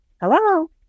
Hello